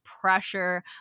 pressure